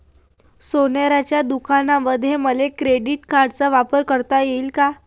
सोनाराच्या दुकानामंधीही मले क्रेडिट कार्ड वापरता येते का?